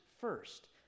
first